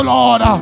Lord